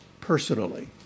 personally